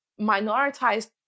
minoritized